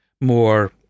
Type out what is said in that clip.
more